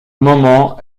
moment